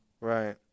Right